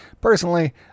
Personally